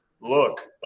Look